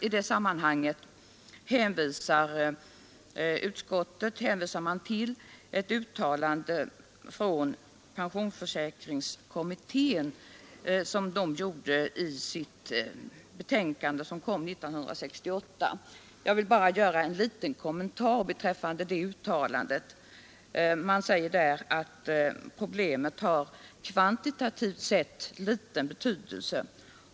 I det sammanhanget hänvisar utskottet till pensionsförsäkringskommitténs betänkande 1968. Jag vill bara göra en liten kommentar beträffande det betänkandet. I detta sägs att problemet har kvantitativt sett liten betydelse.